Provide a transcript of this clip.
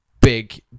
big